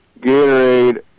Gatorade